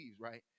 right